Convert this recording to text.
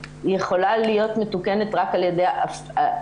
יכולה להיות מתוקנת רק על ידי מודעות.